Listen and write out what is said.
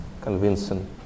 convincing